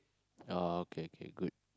okay okay okay good